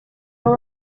abo